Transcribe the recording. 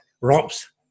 ropes